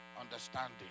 understanding